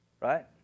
Right